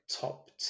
top